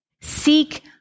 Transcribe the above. Seek